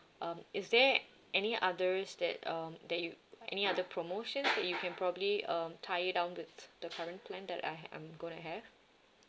um is there any others that um that you any other promotions that you can probably um tie it down with the current plan that I h~ I'm gonna have